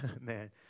man